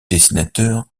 dessinateur